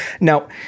Now